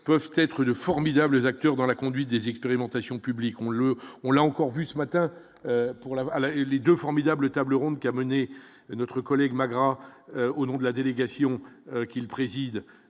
peuvent être de formidables les acteurs dans la conduite des expérimentations publiques on le, on l'a encore vu ce matin pour la la et les 2 formidables table ronde qui a mené notre collègue Magra au nom de la délégation qu'il préside,